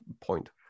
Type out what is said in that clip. point